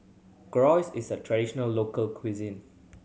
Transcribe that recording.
gyros is a traditional local cuisine